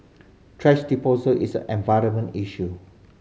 thrash disposal is an environmental issue